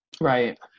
Right